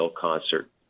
concert